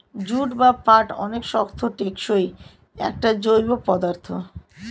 jute বা পাট অনেক শক্ত, টেকসই একটা জৈব পদার্থ